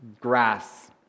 grass